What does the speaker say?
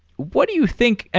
what do you think i